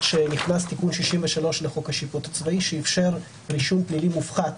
שנכנס תיקון 63 לחוק השיפוט הצבאי שאפשר רישום פלילי מופחת